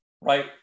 Right